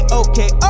okay